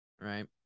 right